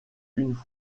une